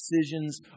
decisions